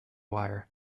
wire